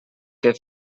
que